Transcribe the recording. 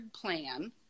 plan